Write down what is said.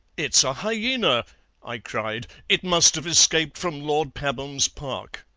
it's a hyaena i cried it must have escaped from lord pabham's park